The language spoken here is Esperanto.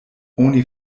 oni